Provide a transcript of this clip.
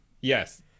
Yes